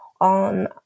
on